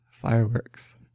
fireworks